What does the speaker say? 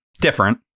Different